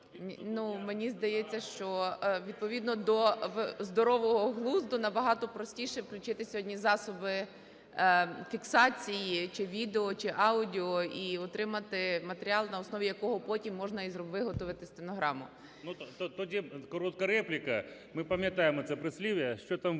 тоді коротка репліка. Ми пам’ятаємо це прислів'я: що там вирубано